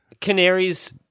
canaries